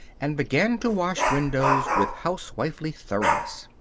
and began to wash windows with housewifely thoroughness.